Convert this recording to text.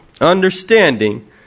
Understanding